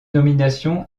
nomination